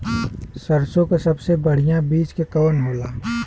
सरसों क सबसे बढ़िया बिज के कवन होला?